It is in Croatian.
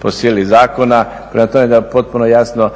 po sili zakona. Prema tome da potpuno jasno